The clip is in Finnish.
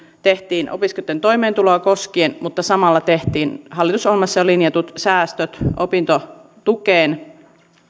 tehtiin opiskelijoitten toimeentuloa koskien mutta samalla tehtiin hallitusohjelmassa jo linjatut säästöt opintotukeen